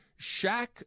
Shaq